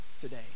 today